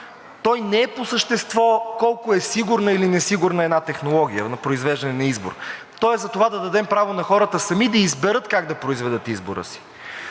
Той не е по същество – колко е сигурна или несигурна една технология на произвеждане на избор. Той е за това да дадем право на хората сами да изберат как да произведат избора си.